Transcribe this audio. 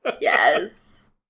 Yes